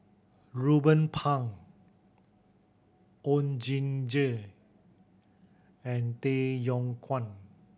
Ruben Pang Oon Jin Gee and Tay Yong Kwang